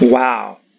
Wow